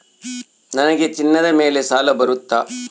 ನನಗೆ ಚಿನ್ನದ ಮೇಲೆ ಸಾಲ ಬರುತ್ತಾ?